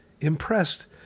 impressed